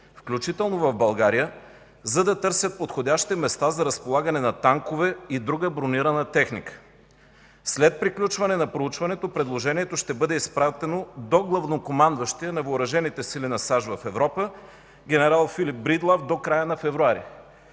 включително в България, за да търсят подходящи места за разполагане на танкове и друга бронирана техника. След приключване на проучването предложението ще бъде изпратено до главнокомандващия на Въоръжените сили на САЩ в Европа генерал Филип Брийдлав до края на месец февруари.